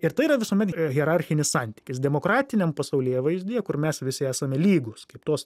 ir tai yra visuomet hierarchinis santykis demokratiniam pasaulėvaizdyje kur mes visi esame lygūs kaip tos